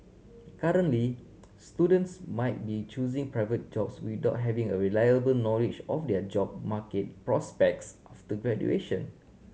currently students might be choosing private jobs without having a reliable knowledge of their job market prospects after graduation